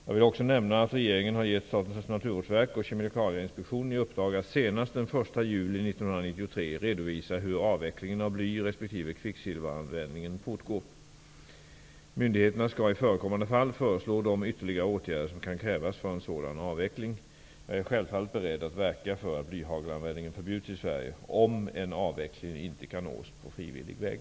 Jag vill också nämna att regeringen har gett Statens naturvårdsverk och Kemikalieinspektionen i uppdrag att senast den 1 juli 1993 redovisa hur avvecklingen av bly resp. kvicksilveranvändningen fortgår. Myndigheterna skall i förekommande fall föreslå de ytterligare åtgärder som kan krävas för en sådan avveckling. Jag är självfallet beredd att verka för att blyhagelanvändning förbjuds i Sverige om en avveckling inte kan nås på frivillig väg.